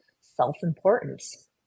self-importance